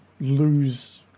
lose